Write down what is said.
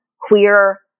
queer